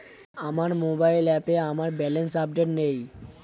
আমার মোবাইল অ্যাপে আমার ব্যালেন্স আপডেটেড নেই